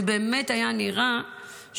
זה באמת היה נראה,